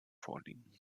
vorliegen